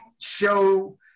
show